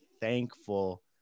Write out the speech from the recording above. thankful